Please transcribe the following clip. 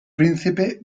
príncipe